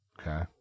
okay